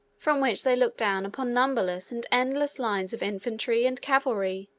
from which they looked down upon numberless and endless lines of infantry and cavalry,